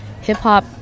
hip-hop